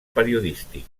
periodístic